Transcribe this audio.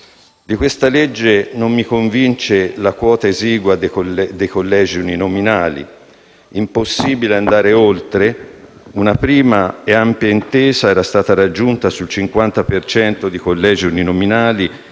Di questa legge non mi convince la quota esigua dei colleghi uninominali. Impossibile andare oltre? Una prima e ampia intesa era stata raggiunta sul 50 per cento di collegi uninominali